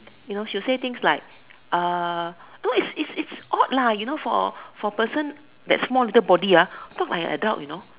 you know she will say things like no its it's it's odd lah you know for for person that small little body talk like adult you know